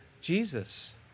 Jesus